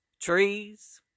Trees